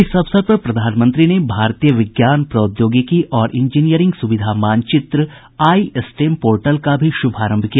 इस अवसर पर प्रधानमंत्री ने भारतीय विज्ञान प्रौद्योगिकी और इंजीनियरिंग सुविधा मानचित्र आई स्टेम पोर्टल का भी शुभारंभ किया